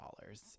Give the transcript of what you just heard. dollars